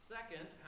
Second